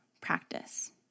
practice